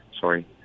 sorry